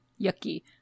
Yucky